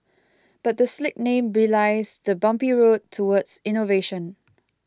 but the slick name belies the bumpy road towards innovation